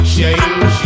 change